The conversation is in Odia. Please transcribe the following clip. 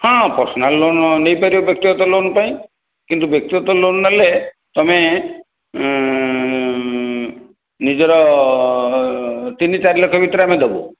ହଁ ପର୍ଶନାଲ୍ ଲୋନ୍ ନେଇପାରିବ ବ୍ୟକ୍ତିଗତ ଲୋନ୍ ପାଇଁ କିନ୍ତୁ ବ୍ୟକ୍ତିଗତ ଲୋନ୍ ନେଲେ ତୁମେ ନିଜର ତିନି ଚାରି ଲକ୍ଷ ଭିତରେ ଆମେ ଦେବୁ